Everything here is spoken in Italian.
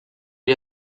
gli